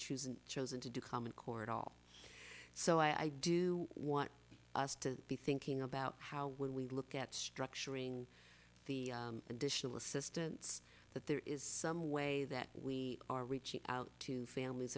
choose and chosen to do common core at all so i do want us to be thinking about how when we look at structuring the additional assistance that there is some way that we are reaching out to families